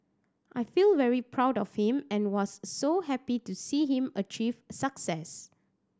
I feel very proud of him and was so happy to see him achieve success